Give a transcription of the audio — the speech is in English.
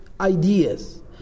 ideas